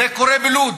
זה קורה בלוד,